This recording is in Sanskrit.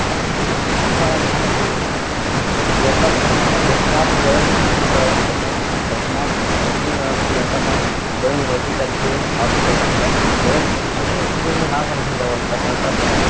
अस्माकं संस्था नाम ये यतः नाम यस्मात् वयं स्वीकृतवन्तः तस्मात्तु तथैव अस्ति अतः वयमपि तथैव स्थापितवन्तः वयं स्वीयरूपेण न वर्धितवन्तः अतः